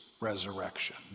resurrection